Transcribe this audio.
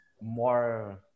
more